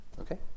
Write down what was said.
Okay